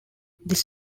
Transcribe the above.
this